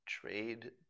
Trade